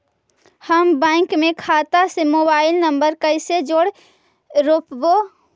हम बैंक में खाता से मोबाईल नंबर कैसे जोड़ रोपबै?